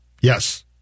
Yes